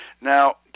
Now